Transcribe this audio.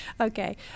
Okay